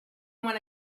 one